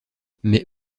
mais